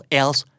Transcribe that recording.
else